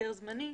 אישור זמני,